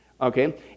Okay